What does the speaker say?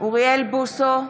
אוריאל בוסו,